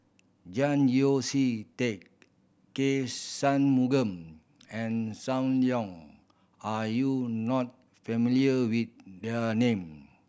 Yeo See Teck K Shanmugam and Sam Leong are you not familiar with there name